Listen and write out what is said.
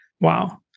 Wow